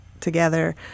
together